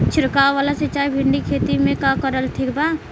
छीरकाव वाला सिचाई भिंडी के खेती मे करल ठीक बा?